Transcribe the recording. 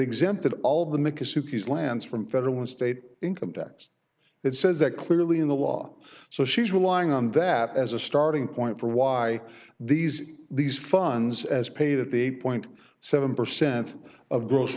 exempted all the mckissack eastlands from federal and state income tax it says that clearly in the law so she's relying on that as a starting point for why these these funds as paid at the point seven percent of g